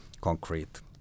concrete